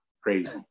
crazy